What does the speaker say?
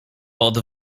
pod